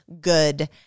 good